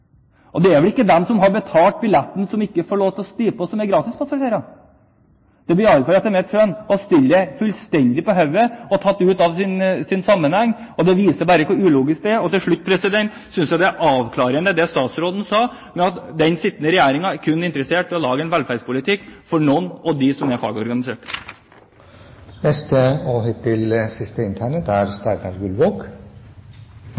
Og det er vel ikke de som har betalt for billetten, som ikke får lov til å stige på, som er gratispassasjerer. Det blir i alle fall etter mitt skjønn å stille det fullstendig på hodet og ta det ut av sin sammenheng, og det viser bare hvor ulogisk det er. Til slutt: Jeg synes det er avklarende det statsråden sa, at den sittende regjeringen kun er interessert i å lage en velferdspolitikk for noen og dem som er